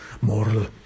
moral